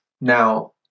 Now